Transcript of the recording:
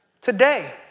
today